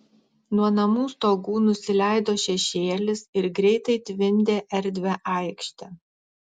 nuo namų stogų nusileido šešėlis ir greitai tvindė erdvią aikštę